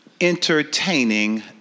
entertaining